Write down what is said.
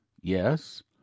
Yes